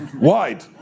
wide